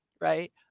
right